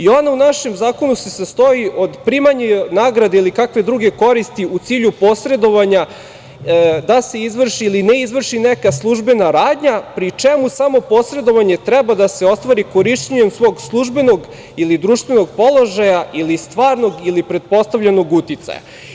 Ono u našem zakonu se sastoji od primanja nagrade ili kakve druge koristi u cilju posredovanja da se izvrši ili ne izvrši neka službena radnja, pri čemu samo posredovanje treba da se ostvari korišćenjem svog službenog ili društvenog položaja ili stvarnog ili pretpostavljenog uticaja.